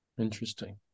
interesting